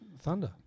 Thunder